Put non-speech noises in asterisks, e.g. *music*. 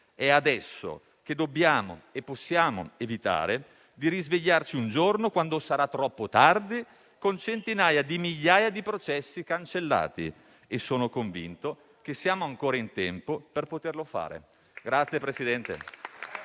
È adesso che dobbiamo e possiamo evitare di risvegliarci un giorno quando sarà troppo tardi con centinaia di migliaia di processi cancellati. E sono convinto che siamo ancora in tempo per poterlo fare. *applause*